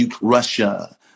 Russia